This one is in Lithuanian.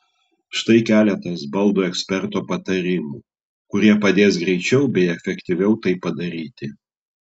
štai keletas baldų eksperto patarimų kurie padės greičiau bei efektyviau tai padaryti